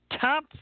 Top